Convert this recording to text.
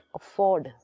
afford